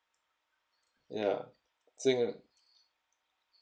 ya singa~